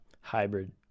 hybrid